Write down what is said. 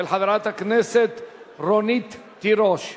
של חברת הכנסת רונית תירוש.